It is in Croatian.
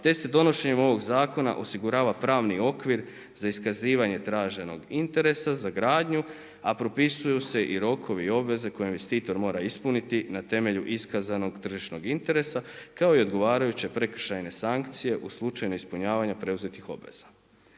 te se donošenjem ovog zakona, osigurava pravni okvir za iskazivanje traženog interesa, za gradnju, a propisuju se i rokovi, obveze, koje investitor mora ispuniti na temelju iskazanog tržišnog interesa, kao i odgovarajuće prekršajne sankcije u slučajno ispunjavanje preuzetih obveza.